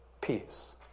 peace